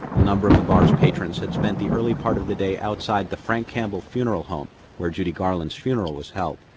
a number of the bar's patrons had spent the early part of the day outside the frank campbell funeral home where judy garland's funeral was held.